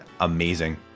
amazing